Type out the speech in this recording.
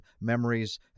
memories